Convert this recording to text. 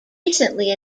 recently